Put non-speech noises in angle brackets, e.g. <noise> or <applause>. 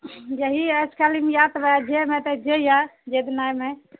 इएह जाहिमे तऽ जाहिमे इएह <unintelligible>